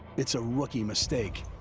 it's a rookie mistake.